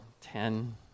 ten